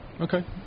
okay